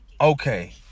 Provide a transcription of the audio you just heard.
Okay